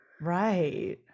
Right